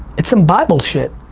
it's some bible shit,